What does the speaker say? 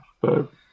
But-